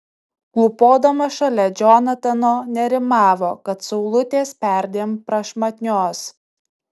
klūpodama šalia džonatano nerimavo kad saulutės perdėm prašmatnios